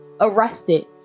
arrested